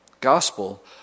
gospel